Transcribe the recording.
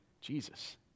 Jesus